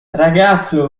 ragazzo